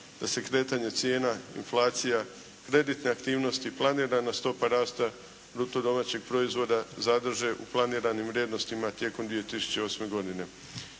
da se kretanje cijena inflacija, kreditne aktivnosti, planirana stopa rasta bruto domaćeg proizvoda zadrže u planiranim vrijednostima tijekom 2008. godine.